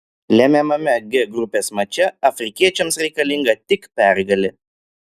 lemiamame g grupės mače afrikiečiams reikalinga tik pergalė